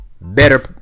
Better